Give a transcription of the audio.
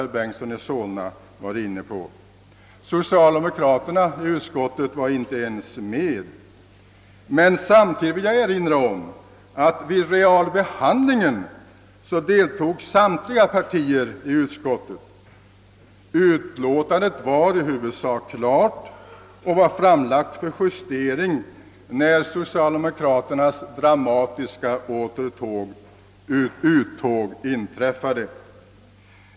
Den saken var också herr Bengtson i Solna inne på. Samtidigt vill jag dock erinra om att samtliga partier i utskottet deltog i realbehandlingen. Utlåtandet var i huvudsak klart och framlagt för justering vid socialdemokraternas dramatiska uttåg.